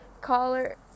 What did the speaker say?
collar